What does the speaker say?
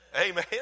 Amen